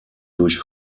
durch